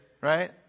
right